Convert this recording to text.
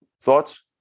Thoughts